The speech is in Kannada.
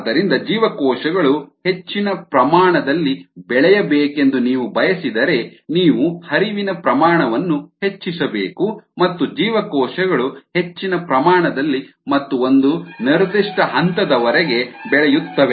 ಆದ್ದರಿಂದ ಜೀವಕೋಶಗಳು ಹೆಚ್ಚಿನ ಪ್ರಮಾಣ ನಲ್ಲಿ ಬೆಳೆಯಬೇಕೆಂದು ನೀವು ಬಯಸಿದರೆ ನೀವು ಹರಿವಿನ ಪ್ರಮಾಣವನ್ನು ಹೆಚ್ಚಿಸಬೇಕು ಮತ್ತು ಜೀವಕೋಶಗಳು ಹೆಚ್ಚಿನ ಪ್ರಮಾಣ ನಲ್ಲಿ ಮತ್ತು ಒಂದು ನಿರ್ದಿಷ್ಟ ಹಂತದವರೆಗೆ ಬೆಳೆಯುತ್ತವೆ